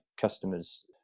customers